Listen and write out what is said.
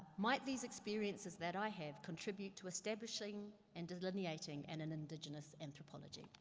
might these experiences that i have contribute to establishing and delineating and an indigenous anthropology.